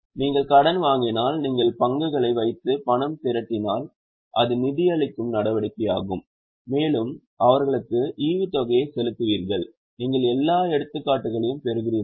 நீங்கள் கடன் வாங்கினால் நீங்கள் பங்குகளை வைத்து பணத்தை திரட்டினால் அது நிதியளிக்கும் நடவடிக்கையாகும் மேலும் அவர்களுக்கு ஈவுத்தொகையை செலுத்துவீர்கள் நீங்கள் எல்லா எடுத்துக்காட்டுகளையும் பெறுகிறீர்களா